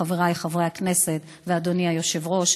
חבריי חברי הכנסת ואדוני היושב-ראש,